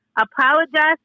Apologize